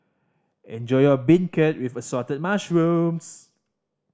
enjoy your beancurd with Assorted Mushrooms